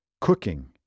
cooking